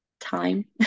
time